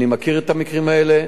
אני מכיר את המקרים האלה.